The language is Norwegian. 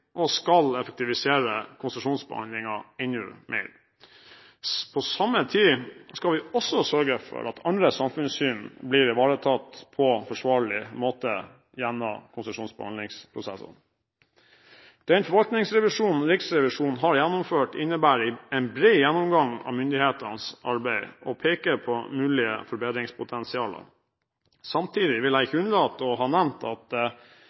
og skal effektivisere konsesjonsbehandlingen enda mer. På samme tid skal vi sørge for at andre samfunnshensyn blir ivaretatt på en forsvarlig måte gjennom konsesjonsbehandlingsprosessene. Den forvaltningsrevisjonen Riksrevisjonen har gjennomført, innebærer en bred gjennomgang av myndighetenes arbeid og peker på mulige forbedringspotensialer. Samtidig vil jeg ikke unnlate å nevne at